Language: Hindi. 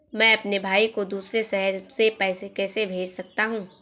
मैं अपने भाई को दूसरे शहर से पैसे कैसे भेज सकता हूँ?